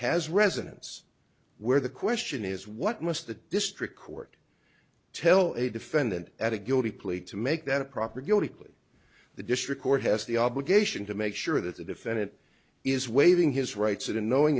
has resonance where the question is what must the district court tell a defendant at a guilty plea to make that a proper guilty plea the district court has the obligation to make sure that the defendant is waiving his rights and knowing